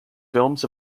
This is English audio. films